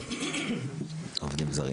עובדים זרים.